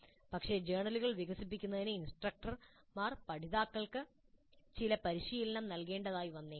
പക്ഷേ ജേർണലുകൾ വികസിപ്പിക്കുന്നതിന് ഇൻസ്ട്രക്ടർമാർ പഠിതാക്കൾക്ക് ചില പരിശീലനം നൽകേണ്ടതായി വന്നേക്കാം